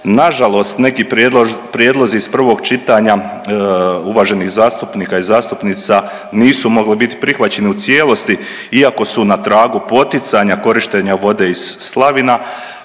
Nažalost neki prijedlozi iz prvog čitanja uvaženih zastupnika i zastupnica nisu mogli bit prihvaćeni u cijelosti iako su na tragu poticanja korištenja vode iz slavina,